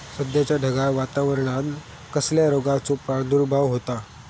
सध्याच्या ढगाळ वातावरणान कसल्या रोगाचो प्रादुर्भाव होता?